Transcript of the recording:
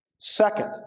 Second